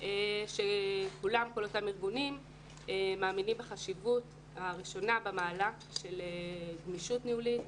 וכל אותם ארגונים מאמינים בחשיבות הראשונה במעלה של גמישות ניהולית,